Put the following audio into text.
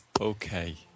okay